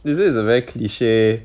they say it's a very cliche